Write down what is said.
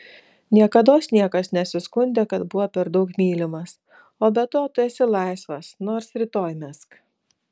niekados niekas nesiskundė kad buvo per daug mylimas o be to tu esi laisvas nors rytoj mesk